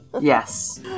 Yes